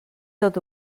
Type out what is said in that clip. tot